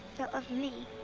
that love me.